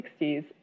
1960s